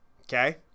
Okay